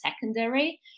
secondary